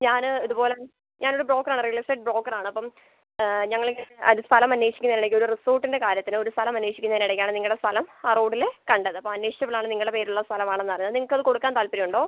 ഞാന് ഇതുപോലെ ഞാനൊര് ബ്രോക്കറാണ് റിയൽ എസ്റ്റേറ്റ് ബ്രോക്കറാണപ്പം ഞങ്ങളിങ്ങനെ അതിൻ്റെ സ്ഥലം അന്വേഷിക്കുന്നതിന്റെ ഇടയ്ക്കൊരു റിസോർട്ടിൻ്റെ കാര്യത്തിന് ഒരു സ്ഥലം അന്വേഷിക്കുന്നതിന്റെ ഇടയ്ക്കാണ് നിങ്ങളുടെ സ്ഥലം ആ റോഡില് കണ്ടത് അപ്പോൾ അന്വേഷിച്ചപ്പളാണ് നിങ്ങളുടെ പേരിലുള്ള സ്ഥലം ആണെന്ന് അറിഞ്ഞത് നിങ്ങൾക്കത് കൊടുക്കാൻ താൽപ്പര്യമുണ്ടോ